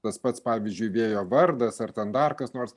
tas pats pavyzdžiui vėjo vardas ar ten dar kas nors